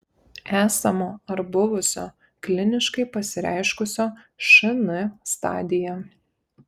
esamo ar buvusio kliniškai pasireiškusio šn stadija